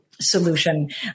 solution